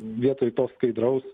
vietoj to skaidraus